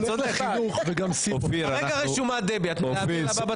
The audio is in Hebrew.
כרגע רשומה דבי, להעביר לבא בתור?